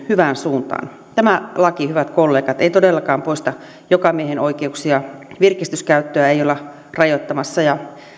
hyvään suuntaan tämä laki hyvät kollegat ei todellakaan poista jokamiehenoikeuksia virkistyskäyttöä ei olla rajoittamassa ja